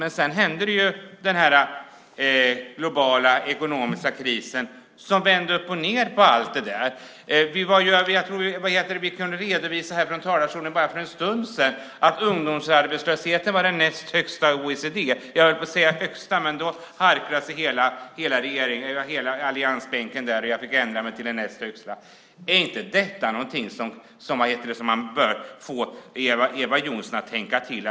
Men sedan inträffade ju den globala ekonomiska krisen som vände upp och ned på allt det där. Jag kunde här ifrån talarstolen bara för en stund sedan redovisa att ungdomsarbetslösheten är den näst högsta i OECD. Jag höll på att säga att den är den högsta, men då harklade sig alla på alliansbänken och jag fick ändra mig till den näst högsta. Är inte detta någonting som bör få Eva Johnsson att tänka till?